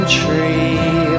tree